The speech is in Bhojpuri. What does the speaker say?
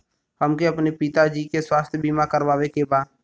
हमके अपने पिता जी के स्वास्थ्य बीमा करवावे के बा?